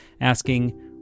asking